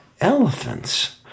elephants